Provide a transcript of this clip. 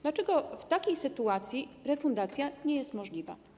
Dlaczego w takiej sytuacji refundacja nie jest możliwa?